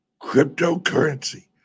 cryptocurrency